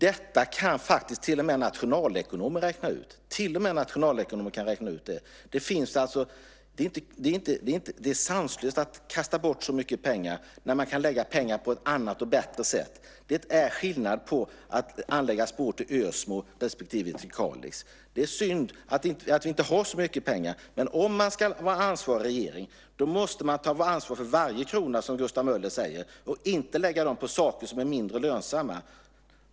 Detta kan faktiskt till och med nationalekonomer räkna ut. Det är sanslöst att kasta bort så mycket pengar när man kan använda pengarna på ett annat och bättre sätt. Det är skillnad på att anlägga spår till Ösmo respektive till Kalix. Det är synd att vi inte har så mycket pengar. Men en ansvarig regering måste ta ansvar för varje krona, som Gustav Möller sade, och inte lägga dem på saker som är mindre lönsamma.